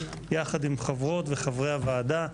יחד עם חברות וחברי הוועדה,